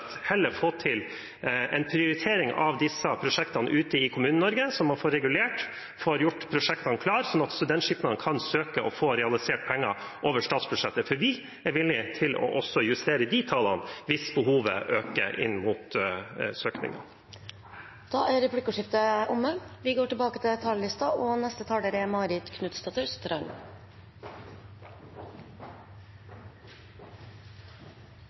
få til en prioritering av disse prosjektene ute i Kommune-Norge, så man får regulert, gjort prosjektene klare, så Studentskipnaden kan søke og få realisert penger over statsbudsjettet. Vi er villige til også å justere de tallene hvis behovet øker.